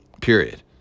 period